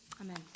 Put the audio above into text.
Amen